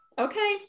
Okay